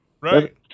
Right